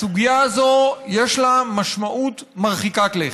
הסוגיה הזו, יש לה משמעות מרחיקת לכת.